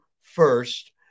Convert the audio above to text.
first